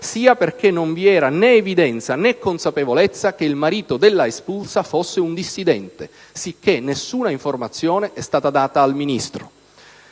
sia perché non vi era né evidenza, né consapevolezza che il marito della espulsa fosse un dissidente, sicché nessuna informazione è stata data al Ministro.